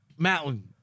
Matlin